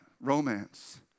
romance